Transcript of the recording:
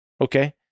Okay